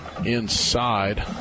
inside